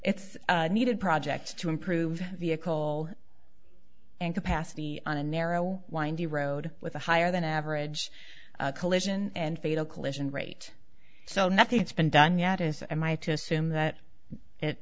it's needed projects to improve vehicle and capacity on a narrow windy road with a higher than average collision and fatal collision rate so nothing's been done yet as am i to assume that